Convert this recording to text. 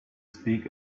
speak